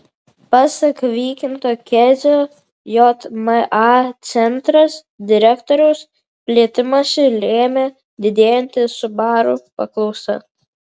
pasak vykinto kezio jma centras direktoriaus plėtimąsi lėmė didėjanti subaru paklausa